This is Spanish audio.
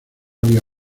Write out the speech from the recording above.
había